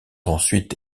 ensuite